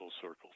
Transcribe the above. circles